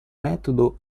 metodo